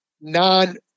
non